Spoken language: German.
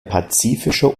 pazifische